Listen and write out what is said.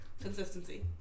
consistency